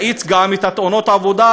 להאיץ את קצב תאונות העבודה,